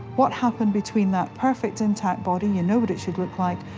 what happened between that perfect intact body, you know what it should look like,